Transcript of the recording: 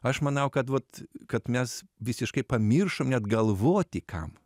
aš manau kad vat kad mes visiškai pamiršom net galvoti kam